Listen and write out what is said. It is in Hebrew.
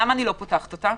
למה אני לא פותחת אותה?